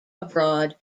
abroad